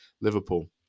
Liverpool